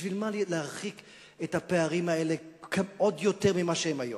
בשביל מה להרחיב את הפערים האלה עוד יותר ממה שהם היום,